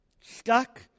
Stuck